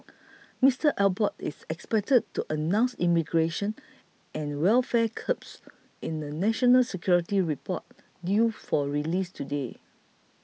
Mister Abbott is expected to announce immigration and welfare curbs in a national security report due for release today